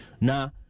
Now